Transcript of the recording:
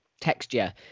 texture